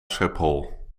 schiphol